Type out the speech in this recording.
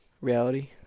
reality